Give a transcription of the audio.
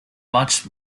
much